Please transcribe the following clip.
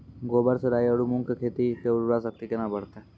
गोबर से राई आरु मूंग खेत के उर्वरा शक्ति केना बढते?